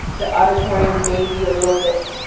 the auditorium may be a little bit